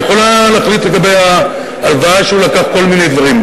היא יכולה להחליט לגבי ההלוואה שהוא לקח כל מיני דברים,